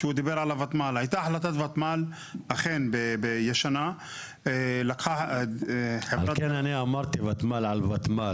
הייתה החלטת ותמ"ל אכן ישנה --- על כן אני אמרתי ותמ"ל על ותמ"ל.